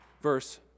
verse